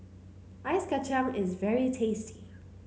Ice Kacang is very tasty